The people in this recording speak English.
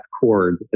cord